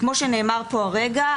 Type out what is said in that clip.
וכמו שנאמר פה כרגע,